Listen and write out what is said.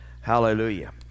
hallelujah